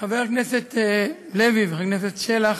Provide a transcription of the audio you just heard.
חבר הכנסת לוי וחבר הכנסת שלח